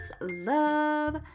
love